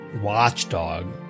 watchdog